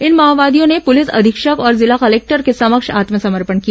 इन माओवादियों ने पुलिस अधीक्षक और जिला कलेक्टर के समक्ष आत्मसमर्पण किया